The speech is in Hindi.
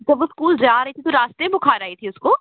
जब वो इस्कूल जा रही थी तो रास्ते में बुख़ार आई थी उसको